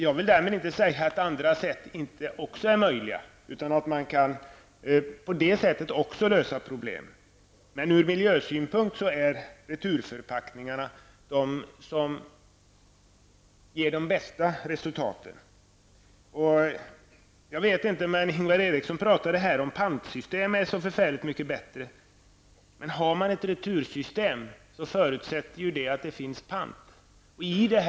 Jag vill därmed inte säga att det inte finns andra sätt att lösa problemen. Men ur miljösynpunkt ger returförpackningarna de bästa resultaten. Ingvar Eriksson talade här om att pantsystem är så mycket bättre. Men ett retursystem förutsätter att det finns pant.